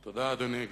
תודה, אדוני.